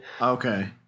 Okay